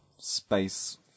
space